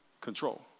control